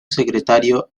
secretario